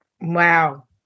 Wow